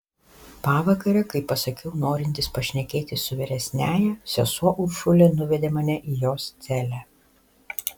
pavakare kai pasakiau norintis pašnekėti su vyresniąja sesuo uršulė nuvedė mane į jos celę